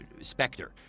specter